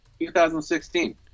2016